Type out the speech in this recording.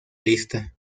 lista